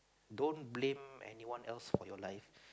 don't blame anyone else for your life